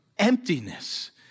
emptiness